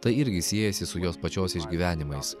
tai irgi siejasi su jos pačios išgyvenimais